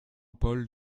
paul